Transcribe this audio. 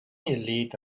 elite